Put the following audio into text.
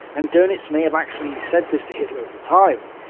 and donitz may have actually said this to hitler at the time.